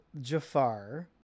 jafar